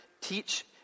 teach